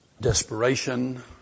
desperation